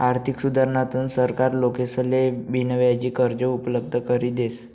आर्थिक सुधारणाथून सरकार लोकेसले बिनव्याजी कर्ज उपलब्ध करी देस